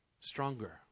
stronger